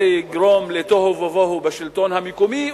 זה יגרום לתוהו ובוהו בשלטון המקומי.